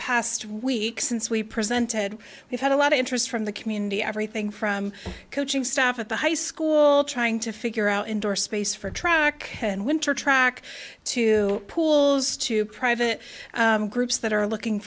past week since we present ted we've had a lot of interest from the community everything from coaching staff at the high school trying to figure out indoor space for track and winter track to pools to private groups that are looking